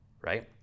right